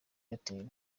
airtel